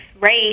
race